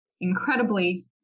incredibly